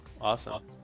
Awesome